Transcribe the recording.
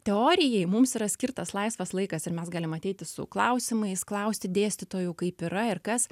teorijai mums yra skirtas laisvas laikas ir mes galim ateiti su klausimais klausti dėstytojų kaip yra ir kas